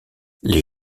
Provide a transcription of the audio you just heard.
les